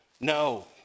no